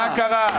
מה קרה?